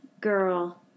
girl